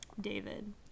David